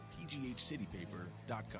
pghcitypaper.com